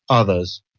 others.